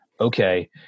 okay